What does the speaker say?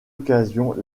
occasion